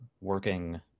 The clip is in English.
working